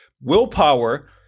Willpower